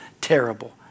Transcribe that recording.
terrible